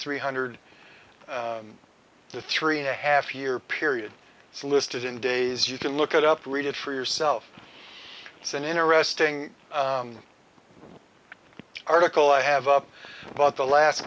three hundred the three and a half year period it's listed in days you can look at up read it for yourself it's an interesting article i have up about the last